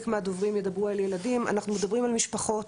מהדוברים ידברו על ילדים אנחנו מדברים על משפחות,